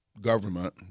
government